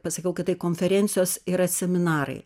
pasakiau kad tai konferencijos yra seminarai